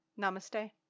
Namaste